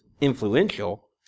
influential